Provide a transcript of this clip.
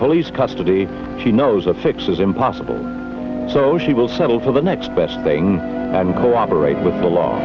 police custody she knows the fix is impossible so she will settle for the next best thing and cooperate with the law